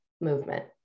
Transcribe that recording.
movement